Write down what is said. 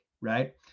right